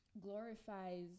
glorifies